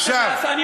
מה שאתם,